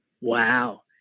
Wow